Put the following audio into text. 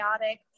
chaotic